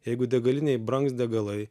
jeigu degalinėj brangs degalai